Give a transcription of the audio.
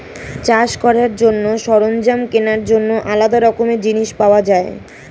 চাষ করার জন্য সরঞ্জাম কেনার জন্য আলাদা রকমের জিনিস পাওয়া যায়